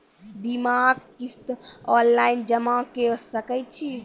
बीमाक किस्त ऑनलाइन जमा कॅ सकै छी?